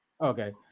Okay